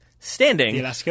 Standing